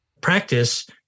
practice